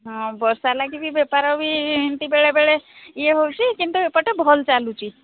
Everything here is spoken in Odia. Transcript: ହଁ ବର୍ଷା ଲାଗି ବି ବେପାର ବି ଏମତି ବେଳେବେଳେ ଇଏ ହେଉଛି କିନ୍ତୁ ବେପାର ଭଲ ଚାଲୁଛି